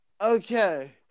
Okay